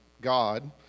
God